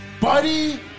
Buddy